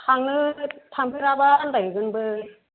थांनो थांफेराबा आन्दायहैगोनबो